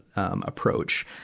approach.